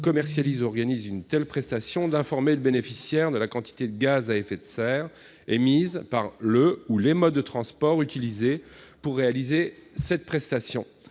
ou organise une telle prestation à informer le bénéficiaire de la quantité de gaz à effet de serre émise par le ou les modes de transport utilisés pour réaliser cette prestation.